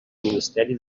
ministeri